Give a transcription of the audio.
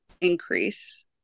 increase